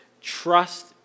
trust